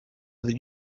that